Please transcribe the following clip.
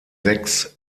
sechs